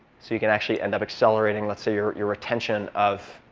so you can actually end up accelerating, let's say, your your retention of